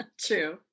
True